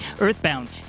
Earthbound